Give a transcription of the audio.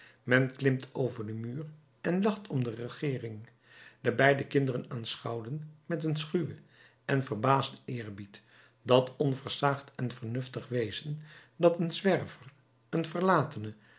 men klimt over den muur en lacht om de regeering de beide kinderen aanschouwden met een schuwen en verbaasden eerbied dat onversaagd en vernuftig wezen dat een zwerver een verlatene